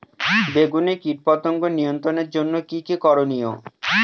বেগুনে কীটপতঙ্গ নিয়ন্ত্রণের জন্য কি কী করনীয়?